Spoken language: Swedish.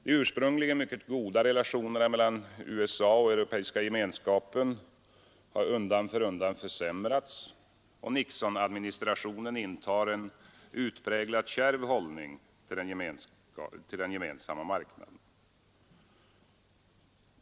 De ursprungligen mycket goda relationerna mellan USA och EG har undan för undan försämrats, och Nixonadministrationen intar en utpräglat kärv hållning till den gemensamma marknaden.